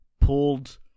pulled